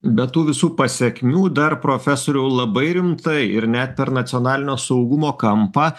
be tų visų pasekmių dar profesoriau labai rimtai ir net per nacionalinio saugumo kampą